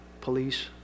police